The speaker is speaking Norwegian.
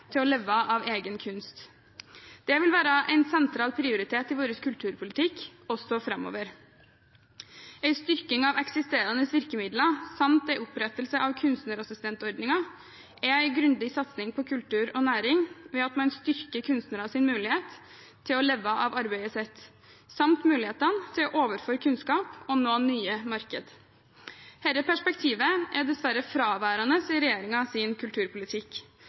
til å leve av egen kunst. Det vil være en sentral prioritet i vår kulturpolitikk også framover. En styrking av eksisterende virkemidler samt opprettelse av kunstnerassistentordningen er en grundig satsing på kultur og næring ved at man styrker kunstneres mulighet til å leve av arbeidet sitt samt mulighetene til å overføre kunnskap og nå nye marked. Dette perspektivet er dessverre fraværende i regjeringens kulturpolitikk,